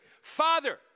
Father